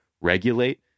regulate